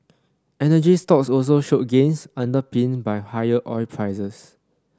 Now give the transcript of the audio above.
energy stocks also showed gains underpinned by higher oil prices